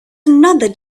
another